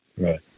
Right